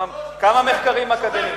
כמה מחקרים אקדמיים?